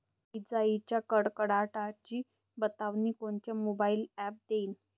इजाइच्या कडकडाटाची बतावनी कोनचे मोबाईल ॲप देईन?